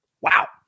Wow